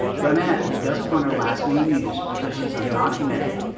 donette, who doesn't want her last name used because she's undocumented,